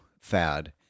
fad